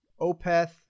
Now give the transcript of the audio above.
Opeth